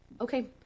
Okay